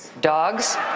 dogs